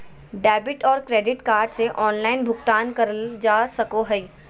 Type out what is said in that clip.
debit और credit card से online भुगतान करल जा सको हय